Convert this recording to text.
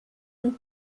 und